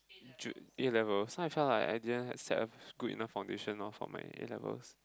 ju~ A-levels like I felt like I didn't had set a good enough foundation lor for my A-levels